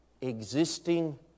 existing